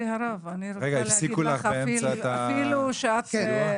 הפסיקו לך באמצע את הזכויות?